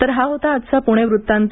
तर हा होता आजचा पूणे वृत्तांत